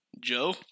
Joe